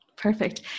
Perfect